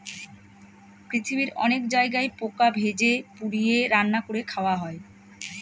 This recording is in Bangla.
পৃথিবীর অনেক জায়গায় পোকা ভেজে, পুড়িয়ে, রান্না করে খাওয়া হয়